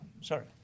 sorry